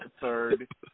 third